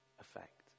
effect